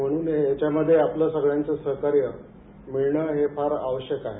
म्हणून याच्यामध्ये आपल्या सगळ्यांच सहकार्य मिळण हे फार आवश्यक आहे